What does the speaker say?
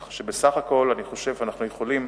כך שבסך הכול אני חושב שאנחנו יכולים